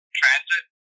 transit